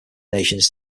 nations